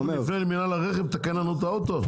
נפנה למינהל הרכב לתקן לנו את האוטו?